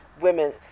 women